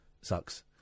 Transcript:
sucks